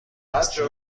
دستی